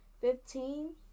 Fifteen